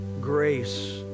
grace